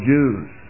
Jews